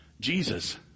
Jesus